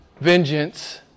Vengeance